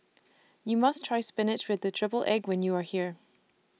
YOU must Try Spinach with The Triple Egg when YOU Are here